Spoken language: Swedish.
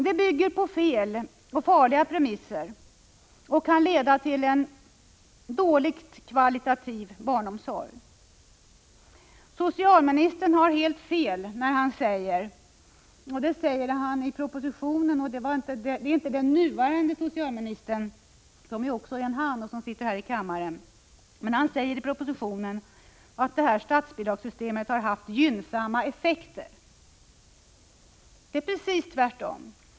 Det bygger på felaktiga och farliga premisser och kan leda till en kvalitativt dålig barnomsorg. Socialministern har helt fel när han säger i propositionen — inte den nuvarande socialministern, som också är en man och som sitter här i kammaren — att statsbidragssystemet har haft gynnsamma effekter. Det är precis tvärtom.